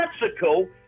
Mexico